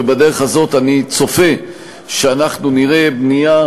ובדרך הזאת אני צופה שאנחנו נראה בנייה